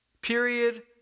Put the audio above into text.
Period